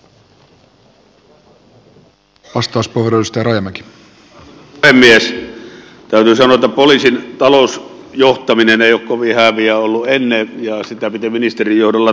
täytyy sanoa että poliisin talousjohtaminen ei ole kovin hääviä ollut ennen ja sitä piti ministerin johdolla tehdä